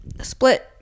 split